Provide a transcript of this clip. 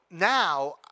now